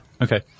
Okay